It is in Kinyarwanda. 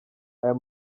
ayo